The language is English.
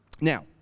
Now